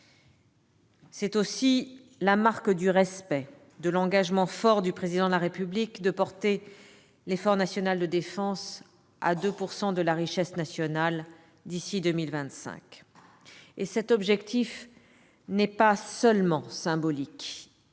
C'est aussi la marque du respect de l'engagement fort du Président de la République de porter l'effort national de défense à 2 % de la richesse nationale d'ici à 2025. Cet objectif n'est pas seulement symbolique.